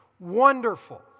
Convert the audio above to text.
Wonderful